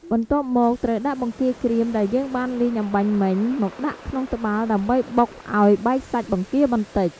បន្ទាប់មក ត្រូវដាក់បង្គាក្រៀមដែលយើងបានលីងអម្បាញ់មិញ មកដាក់ក្នុងត្បាល់ដើម្បីបុកឱ្យបែកសាច់បង្គាបន្តិច។